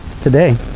today